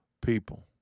people